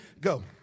Go